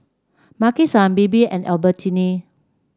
Maki San Bebe and Albertini